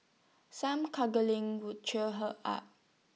some cuddling would cheer her up